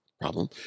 problem